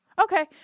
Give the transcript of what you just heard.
okay